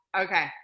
okay